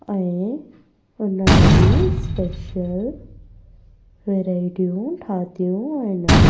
ऐं उन्हनि जी स्पेशल वैरायटियूं ठाहियूं आहिनि